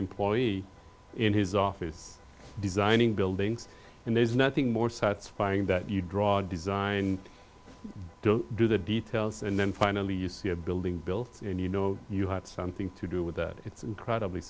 employee in his office designing buildings and there's nothing more satisfying that you draw design i don't do the details and then finally you see a building built in you know you have something to do with that it's incredibly